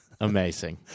amazing